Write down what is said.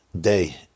day